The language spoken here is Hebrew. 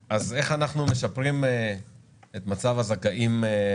ואז גם נוכל לראות את זה במצגת ונוכל